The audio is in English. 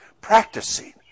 Practicing